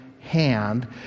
hand